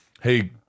Hey